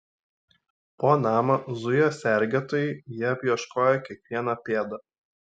po namą zujo sergėtojai jie apieškojo kiekvieną pėdą